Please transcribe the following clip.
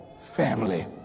family